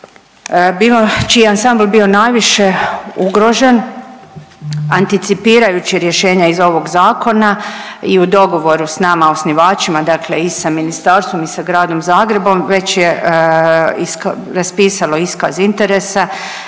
bilo čiji je ansambl bio najviše ugrožene, anticipirajući rješenja iz ovog zakona i u dogovoru s nama osnivačima dakle i sa ministarstvo i sa gradom Zagrebom već je raspisalo iskaz interesa